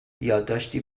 یادداشتی